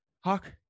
hawk